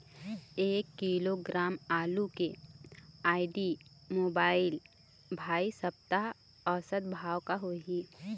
एक किलोग्राम आलू के आईडी, मोबाइल, भाई सप्ता औसत भाव का होही?